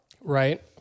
Right